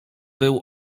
był